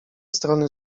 strony